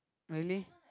really